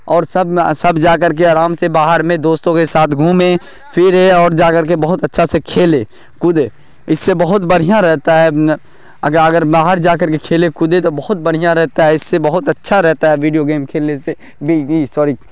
اور سب سب جا کر کے آرام سے باہر میں دوستوں کے ساتھ گھومیں پھریں اور جا کر کے بہت اچھا سے کھیلے کودے اس سے بہت بڑھیا رہتا ہے اگر باہر جا کر کے کھیلے کودے تو بہت بڑھیا رہتا ہے اس سے بہت اچھا رہتا ہے ویڈیو گیمس کھیلنے سے نہیں نہیں سواری